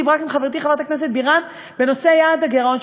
דיברה כאן חברתי חברת הכנסת בירן בנושא יעד הגירעון,